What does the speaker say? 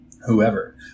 whoever